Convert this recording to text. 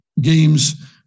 games